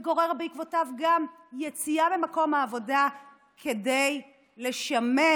וזה גורר בעקבותיו גם יציאה ממקום העבודה כדי לשמר